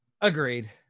agreed